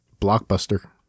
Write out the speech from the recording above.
Blockbuster